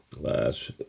last